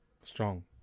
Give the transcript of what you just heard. Strong